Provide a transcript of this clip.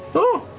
oh!